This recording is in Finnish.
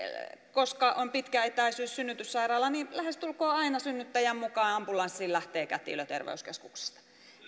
koska on pitkä etäisyys synnytyssairaalaan niin lähestulkoon aina synnyttäjän mukaan ambulanssiin lähtee kätilö terveyskeskuksesta